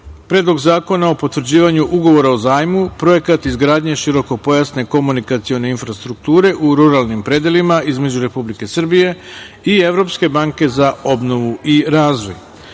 Predlogu zakona o potvrđivanju Ugovora o zajmu (Projekat izgradnje širokopojasne komunikacione infrastrukture u ruralnim predelima) između Republike Srbije i Evropske banke za obnovu i razvoj. Ujedno,